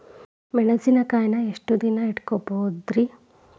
ಮೆಣಸಿನಕಾಯಿನಾ ಎಷ್ಟ ದಿನ ಇಟ್ಕೋಬೊದ್ರೇ?